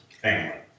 family